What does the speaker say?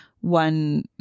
one